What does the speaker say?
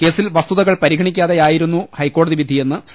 കേസിൽ വസ്തുതകൾ പരിഗണിക്കാതെയായിരുന്നു ഹൈക്കോടതി വിധിയെന്ന് സി